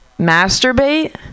masturbate